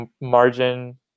margin